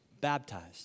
baptized